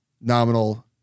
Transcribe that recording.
nominal